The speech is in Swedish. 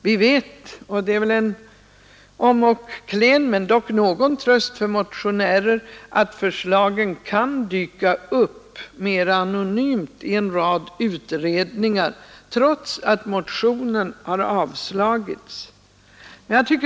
Det är en klen tröst men dock en tröst för motionärer att förslagen kan dyka upp mera anonymt i en rad utredningar, trots att motionen har avslagits.